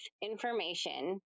information